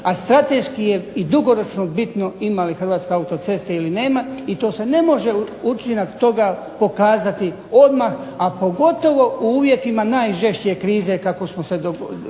a strateški je dugoročno bitno ima li Hrvatska autoceste ili nema i to se ne može učinak toga pokazati odmah, a pogotovo u uvjetima najžešće krize kakva se dogodila